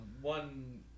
One